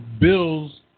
bills